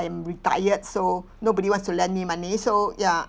and retired so nobody wants to lend me money so ya